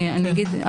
אני אגיד.